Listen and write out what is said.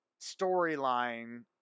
storyline